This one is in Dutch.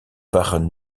waren